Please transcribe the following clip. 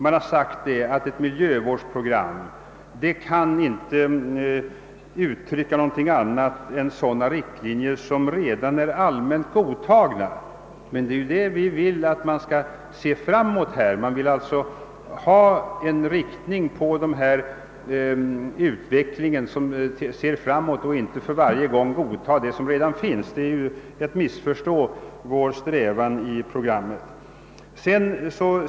Man har sagt att ett miljövårdsprogram inte kan uttrycka annat än riktlinjer som redan är allmänt godtagna. Men vi vill att utvecklingen skall leda framåt och att det inte för varje gång skall vara fråga om att godta det som redan finns. Detta syfte skall programmet tjäna.